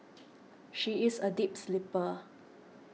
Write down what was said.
she is a deep sleeper